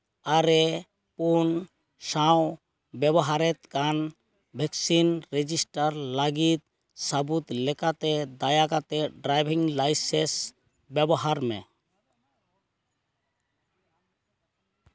ᱟᱨᱮ ᱯᱩᱱ ᱥᱟᱶ ᱵᱮᱵᱚᱦᱟᱨᱮᱫ ᱠᱟᱱ ᱵᱷᱮᱠᱥᱤᱱ ᱨᱮᱡᱤᱥᱴᱟᱨ ᱞᱟᱹᱜᱤᱫ ᱥᱟ ᱵᱩᱫ ᱞᱮᱠᱟᱛᱮ ᱫᱟᱭᱟ ᱠᱟᱛᱮ ᱰᱨᱟᱭᱵᱷᱤᱝ ᱞᱟᱭᱥᱮᱱᱥ ᱵᱮᱵᱚᱦᱟᱨ ᱢᱮ